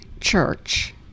church